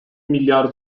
milyar